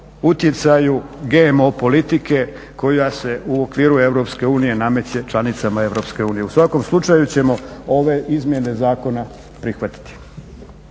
utjecaju GMO politike koja se u okviru Europske unije nameće članicama Europske unije. U svakom slučaju ćemo ove izmjene zakona prihvatiti.